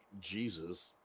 Jesus